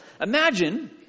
Imagine